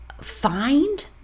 find